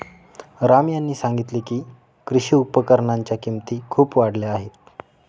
राम यांनी सांगितले की, कृषी उपकरणांच्या किमती खूप वाढल्या आहेत